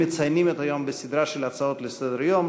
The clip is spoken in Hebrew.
מציינים את היום בסדרה של הצעות לסדר-היום.